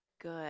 good